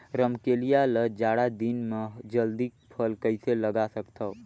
रमकलिया ल जाड़ा दिन म जल्दी फल कइसे लगा सकथव?